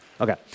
Okay